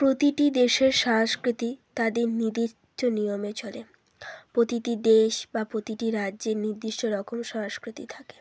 প্রতিটি দেশের সংস্কৃতি তাদের নির্দিষ্ট নিয়মে চলে প্রতিটি দেশ বা প্রতিটি রাজ্যের নির্দিষ্ট রকম সংস্কৃতি থাকে